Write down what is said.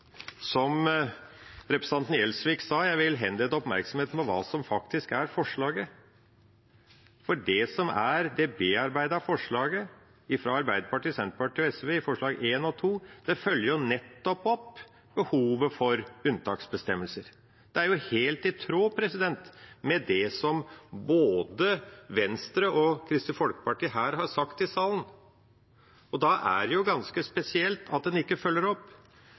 Som representanten Gjelsvik sa: Jeg vil henlede oppmerksomheten på hva som faktisk er forslaget. For det som er det bearbeidede forslaget fra Arbeiderpartiet, Senterpartiet og SV, i forslagene nr. 1 og 2, følger nettopp opp behovet for unntaksbestemmelser. Det er jo helt i tråd med det som både Venstre og Kristelig Folkeparti har sagt her i salen. Da er det ganske spesielt at en ikke følger opp.